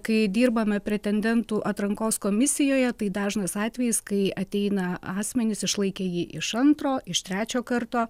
kai dirbame pretendentų atrankos komisijoje tai dažnas atvejis kai ateina asmenys išlaikę jį iš antro iš trečio karto